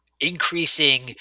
increasing